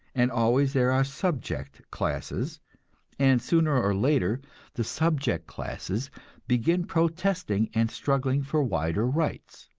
and always there are subject classes and sooner or later the subject classes begin protesting and struggling for wider rights.